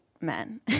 men